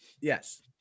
yes